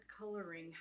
coloring